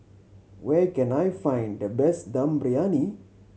where can I find the best Dum Briyani